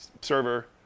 server